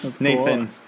Nathan